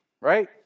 right